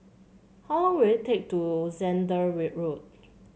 how long will it take to Zehnder Road